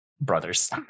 brothers